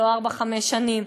לא ארבע-חמש שנים.